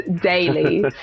daily